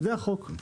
זה החוק.